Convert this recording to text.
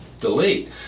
delete